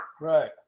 right